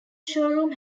showroom